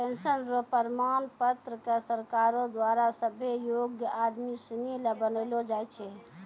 pension र प्रमाण पत्र क सरकारो द्वारा सभ्भे योग्य आदमी सिनी ल बनैलो जाय छै